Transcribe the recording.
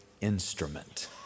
instrument